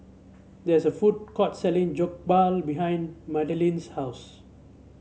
there is a food court selling Jokbal behind Madalynn's house